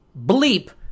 bleep